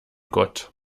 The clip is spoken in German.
gott